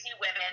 women